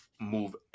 move